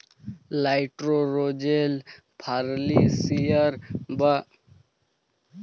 লাইটোরোজেল ফার্টিলিসার বা সার হছে সেই ফার্টিলিসার যাতে জমিললে লাইটোরোজেল পৌঁছায়